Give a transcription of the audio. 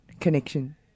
connection